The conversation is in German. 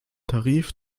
tarif